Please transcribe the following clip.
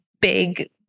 big